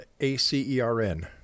ACERN